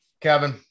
Kevin